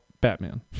Batman